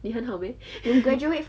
你很好 meh